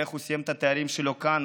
ואיך הוא סיים את התארים שלו כאן,